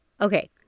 Okay